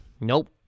Nope